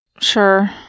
Sure